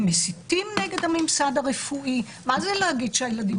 הם מסיתים נגד הממסד הרפואי מה זה להגיד שהילדים